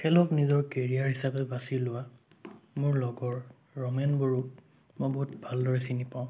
খেলক নিজৰ কেৰিয়াৰ হিচাপে বাচি লোৱা মোৰ লগৰ ৰমেন বড়োক মই বহুত ভালদৰে চিনি পাওঁ